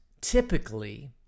typically